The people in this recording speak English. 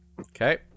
Okay